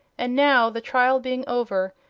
and now, the trial being over,